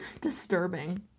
disturbing